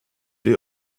die